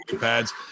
pads